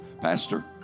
pastor